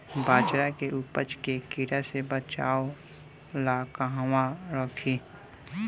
बाजरा के उपज के कीड़ा से बचाव ला कहवा रखीं?